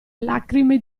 lacrime